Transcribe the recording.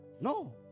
No